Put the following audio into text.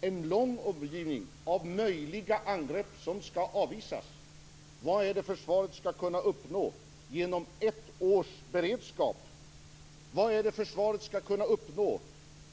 Det finns angivet en lång lista av möjliga angrepp som ska avvisas. Där står vad försvaret ska kunna uppnå genom ett års beredskap och vad försvaret ska kunna uppnå